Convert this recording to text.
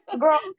girl